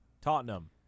Tottenham